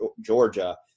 Georgia